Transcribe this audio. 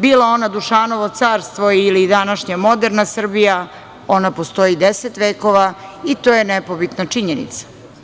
bila ona Dušanovo carstvo ili današnja moderna Srbija ona postoji 10 vekova i to je nepobitna činjenica.